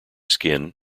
skin